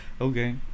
Okay